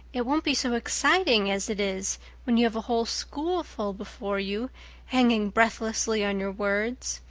it won't be so exciting as it is when you have a whole schoolful before you hanging breathlessly on your words.